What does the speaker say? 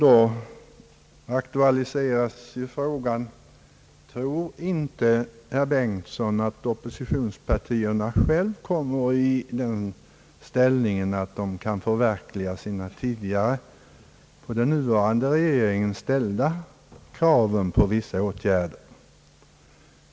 Då aktualiseras frågan: Tror inte herr Bengtson att oppositionspartierna själva kommer i den ställningen att de kan för verkliga sina tidigare på den nuvarande regeringen ställda kraven på vissa åtgärder?